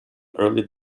early